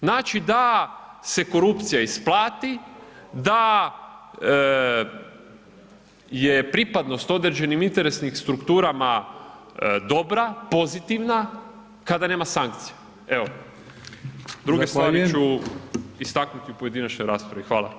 Znači da se korupcija isplati, da je pripadnost određenim interesnim strukturama dobra, pozitivna kada nema sankcija, evo [[Upadica: Zahvaljujem]] drugu stvar ću istaknuti u pojedinačnoj raspravi, hvala.